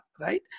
right